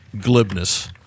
glibness